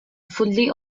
fully